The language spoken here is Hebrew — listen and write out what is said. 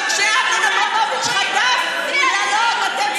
אבל כשאמנון אברמוביץ' חטף קללות,